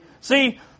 See